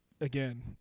Again